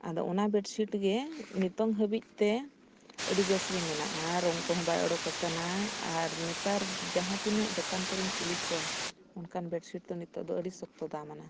ᱟᱫᱚ ᱚᱱᱟ ᱵᱮᱰᱥᱤᱴ ᱜᱮ ᱱᱤᱛᱳᱜ ᱦᱟᱹᱵᱤᱡᱼᱛᱮ ᱟᱹᱰᱤ ᱵᱮᱥᱜᱮ ᱢᱮᱱᱟᱜᱼᱟ ᱟᱨ ᱨᱚᱝ ᱠᱚᱦᱚᱸ ᱵᱟᱭ ᱚᱰᱳᱠ ᱟᱠᱟᱱᱟ ᱟᱨ ᱱᱮᱛᱟᱨ ᱡᱟᱦᱟᱸ ᱛᱤᱱᱟᱹᱜ ᱫᱚᱠᱟᱱ ᱠᱚᱨᱮᱧ ᱠᱩᱞᱤ ᱠᱚᱣᱟ ᱚᱱᱠᱟᱱ ᱵᱮᱰᱥᱤᱴ ᱫᱚ ᱱᱤᱛᱳᱜ ᱫᱚ ᱟᱹᱰᱤ ᱥᱚᱠᱛᱚ ᱫᱟᱢᱟᱱᱟ